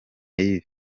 yves